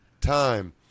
time